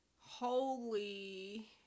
holy